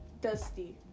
dusty